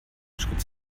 schritt